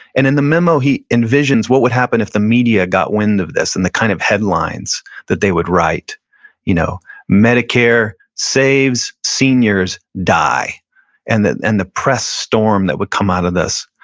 and in the memo he envisions what would happen if the media got wind of this and the kind of headlines that they would write you know medicare saves, seniors die and and the press storm that would come out of this.